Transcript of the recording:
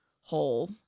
whole